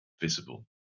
visible